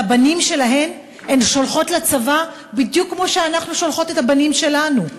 את הבנים שלהן הן שולחות לצבא בדיוק כמו שאנחנו שולחות את הבנים שלנו.